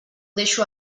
deixo